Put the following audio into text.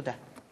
תודה.